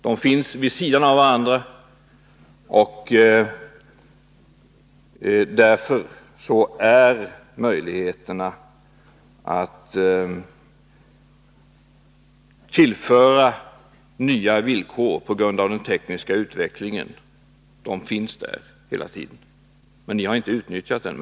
Dessa lagar fungerar vid sidan av varandra. Möjligheterna att tillföra nya villkor på grund av den tekniska utvecklingen har funnits där hela tiden, men ni har inte utnyttjat dem.